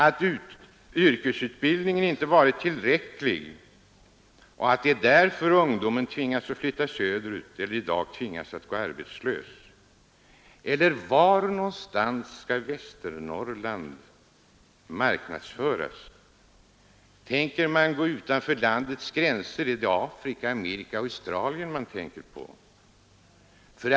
Eller om yrkesutbildningen inte varit tillräcklig utan ungdomen därför tvingas flytta söderut eller i dag gå arbetslös. Var någonstans skall Västernorrlands län marknadsföras? Tänker man gå utanför landets gränser — är det Afrika, Amerika eller Australien man tänker på?